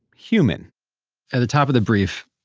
human at the top of the brief,